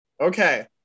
Okay